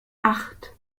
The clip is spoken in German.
acht